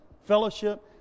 fellowship